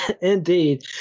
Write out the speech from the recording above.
Indeed